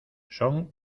son